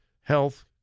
health